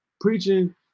preaching